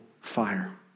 fire